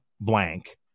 blank